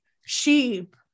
sheep